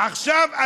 ועכשיו,